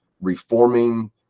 reforming